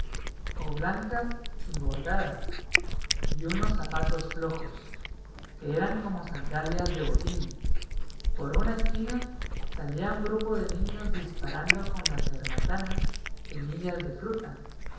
o blancas y bordadas y unos zapatos flojos que eran como sandalias de botín por una esquina salía un grupo de niños disparando con la cerbatana semillas de fruta